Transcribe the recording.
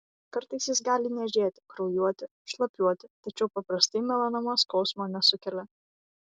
kartais jis gali niežėti kraujuoti šlapiuoti tačiau paprastai melanoma skausmo nesukelia